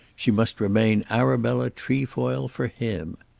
she must remain arabella trefoil for him.